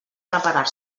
reparar